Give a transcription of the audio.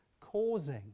causing